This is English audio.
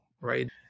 Right